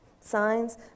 signs